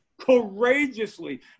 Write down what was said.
courageously